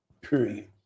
Period